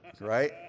right